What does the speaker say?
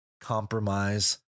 compromise